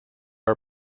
are